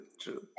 true